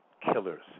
killers